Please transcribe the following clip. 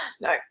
No